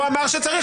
הוא אמר שצריך.